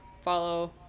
follow